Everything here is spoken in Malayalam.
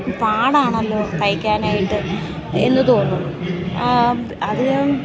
പാടാണല്ലോ തയ്ക്കാനായിട്ട് എന്നു തോന്നും അത്